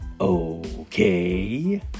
Okay